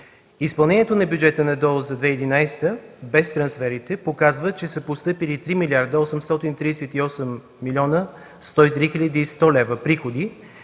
Изпълнението на бюджета на ДОО за 2011 г., без трансферите, показва, че са постъпили 3 млрд. 838 млн. 103 хил. 100 лв. приходи